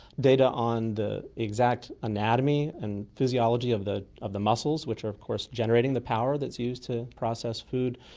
data on the exact anatomy and physiology of the of the muscles which are of course generating the power that's used to process food,